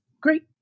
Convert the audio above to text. great